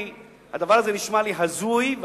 הדבר הזה נשמע לי הזוי,